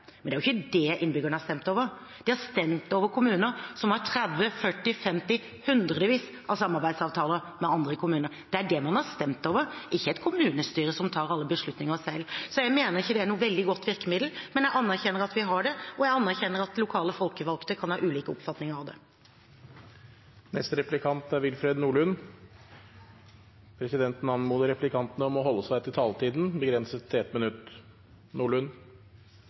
Men det er jo ikke det innbyggerne har stemt over; de har stemt over kommuner som har tretti, førti, femti eller hundrevis av samarbeidsavtaler med andre kommuner. Det er det man har stemt over, ikke et kommunestyre som tar alle beslutninger selv. Så jeg mener ikke dette er et veldig godt virkemiddel, men jeg anerkjenner at vi har det, og jeg anerkjenner at lokale folkevalgte kan ha ulike oppfatninger av det. Presidenten anmoder replikantene om å holde seg til taletiden, begrenset til 1 minutt.